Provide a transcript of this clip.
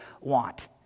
want